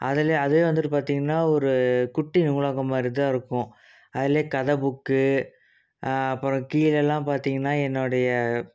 அதில் அதுவே வந்துட்டு பார்த்திங்கனா ஒரு குட்டி நூலகம் மாதிரிதான் இருக்கும் அதில் கதை புக்கு அப்புறம் கீழேல்லாம் பார்த்திங்கனா என்னுடைய